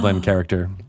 character